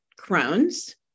Crohn's